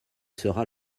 sera